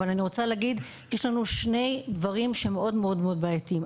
יש לנו שני דברים מאוד בעייתיים.